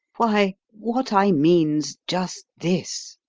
why, what i mean's just this.